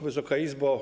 Wysoka Izbo!